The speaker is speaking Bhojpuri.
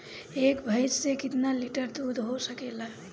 एक भइस से कितना लिटर दूध हो सकेला?